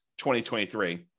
2023